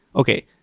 okay.